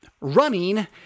Running